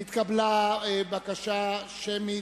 נתקבלה בקשה להצבעה שמית.